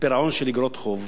פירעון של איגרות חוב